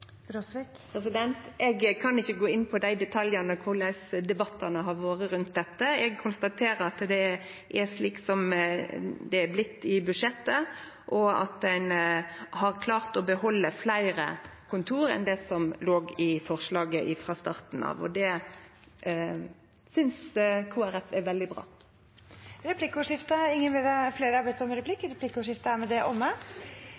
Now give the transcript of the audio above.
Eg kan ikkje gå inn på detaljane når det gjeld korleis debattane har vore rundt dette. Eg konstaterer at det er slik som det er blitt i budsjettet, og at ein har klart å behalde fleire kontor enn det som låg i forslaget frå starten av. Det synest Kristeleg Folkeparti er veldig bra. Replikkordskiftet er med det omme. Stortingsflertallet har blitt enige om